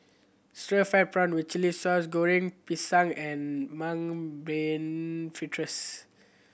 stir fried prawn with chili sauce Goreng Pisang and Mung Bean Fritters